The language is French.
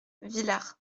villars